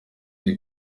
iri